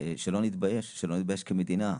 שלא נתבייש שלא נתבייש כמדינה.